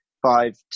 five